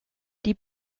die